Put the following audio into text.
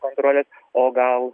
kontrolės o gal